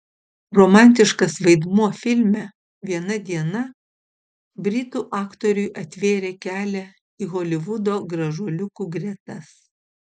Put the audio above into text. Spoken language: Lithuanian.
romantiškas vaidmuo filme viena diena britų aktoriui atvėrė kelią į holivudo gražuoliukų gretas